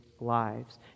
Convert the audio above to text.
lives